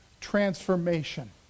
transformation